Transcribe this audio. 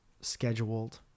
scheduled